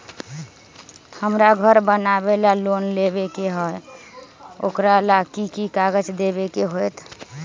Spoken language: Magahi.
हमरा घर बनाबे ला लोन लेबे के है, ओकरा ला कि कि काग़ज देबे के होयत?